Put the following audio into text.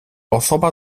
osoba